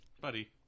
Buddy